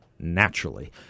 naturally